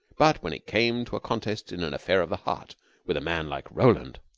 but when it came to a contest in an affair of the heart with a man like roland,